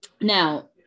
Now